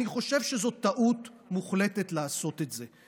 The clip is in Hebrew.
אני חושב שזאת טעות מוחלטת לעשות את זה.